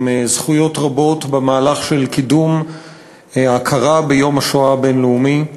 עם זכויות רבות במהלך של קידום ההכרה ביום השואה הבין-לאומי,